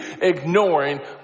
ignoring